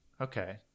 Okay